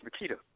Makita